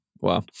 Wow